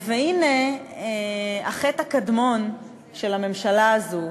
והנה, החטא הקדמון של הממשלה הזו,